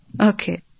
Okay